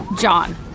john